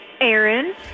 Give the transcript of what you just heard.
Aaron